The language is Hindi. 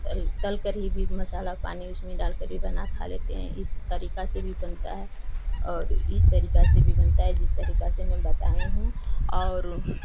तल कर भी मसाला पानी उसमें डाल कर भी बना खा लेते हैं इस तरीका से भी बनता है और इस तरीका से भी बनता है जिस तरीका से मैं बताई हूँ और